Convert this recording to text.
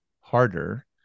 harder